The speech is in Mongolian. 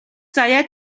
заяа